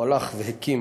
הוא הלך והקים,